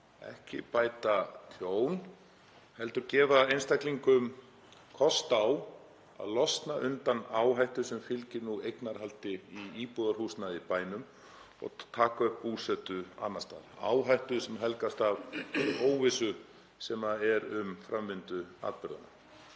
Grindavík heldur gefa einstaklingum kost á að losna undan áhættu sem fylgir nú eignarhaldi íbúðarhúsnæðis í bænum og taka upp búsetu annars staðar, áhættu sem helgast af óvissu sem er um framvindu atburðanna.